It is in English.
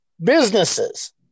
businesses